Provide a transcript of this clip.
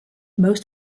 series